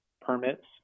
permits